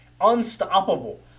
unstoppable